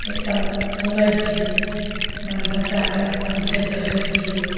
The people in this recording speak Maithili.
इसब सुनै छी बाल बच्चाके पुछैत रहै छियै